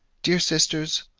dear sisters,